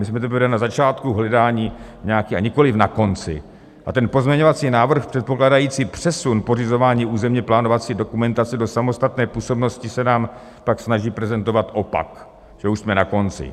My jsme teprve na začátku hledání nějaké..., a nikoliv na konci, a pozměňovací návrh předpokládající přesun pořizování územněplánovací dokumentace do samostatné působnosti se nám pak snaží prezentovat opak, že už jsme na konci.